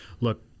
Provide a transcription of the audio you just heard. look